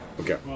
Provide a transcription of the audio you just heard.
Okay